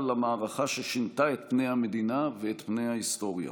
למערכה ששינתה את פני המדינה ואת פני ההיסטוריה,